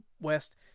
west